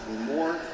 more